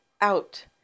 out